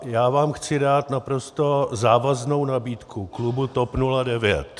Já vám chci dát naprosto závaznou nabídku klubu TOP 09.